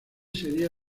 seria